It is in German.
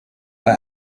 bei